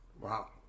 Wow